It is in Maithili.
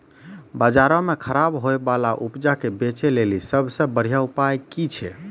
बजारो मे खराब होय बाला उपजा के बेचै लेली सभ से बढिया उपाय कि छै?